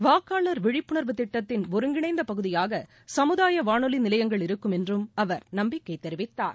வாக்காளர் விழிப்புணர்வு திட்டத்தின் ஒருங்கிணைந்தபகுதியாகசமுதாயவானொலிநிலையங்கள் இருக்கும் என்றும் அவர் நம்பிக்கைதெரிவித்தார்